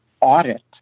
audit